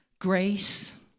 grace